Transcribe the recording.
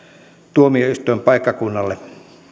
tuomioistuinpaikkakunnalle tämä